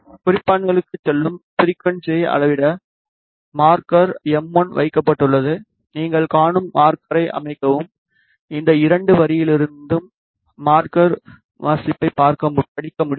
குறிப்பான்களுக்குச் செல்லும் ஃபிரிக்குவன்ஸியை அளவிட மார்க்கர் எம்1 வைக்கப்பட்டுள்ளது நீங்கள் காணும் மார்க்கரை அமைக்கவும் இந்த இரண்டு வரியிலிருந்தும் மார்க்கர் வாசிப்பைப் படிக்க முடியும்